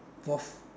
fourth